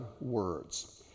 words